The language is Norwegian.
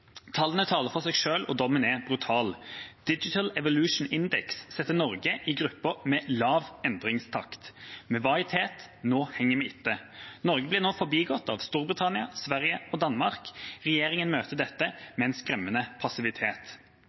Tallene taler for seg, og dommen er brutal: Digital Evolution Index setter Norge i gruppen med lav endringstakt. Vi var i tet – nå henger vi etter. Norge blir nå forbigått av Storbritannia, Sverige og Danmark. Regjeringa møter dette med en skremmende passivitet.